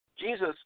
Jesus